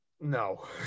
No